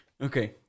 Okay